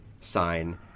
sign